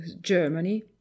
Germany